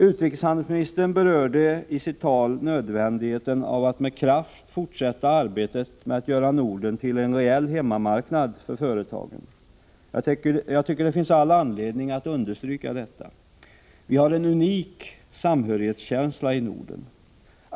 Utrikeshandelsministern berörde i sitt tal nödvändigheten av att med kraft fortsätta arbetet att göra Norden till en reell hemmamarknad för företagen. Jag tycker att det finns all anledning att understryka detta. Vi har en unik samhörighetskänsla i Norden.